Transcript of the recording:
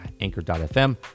Anchor.fm